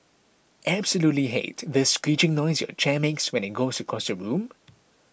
absolutely hate the screeching noise your chair makes when it goes across the room